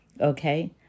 Okay